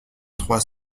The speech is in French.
trois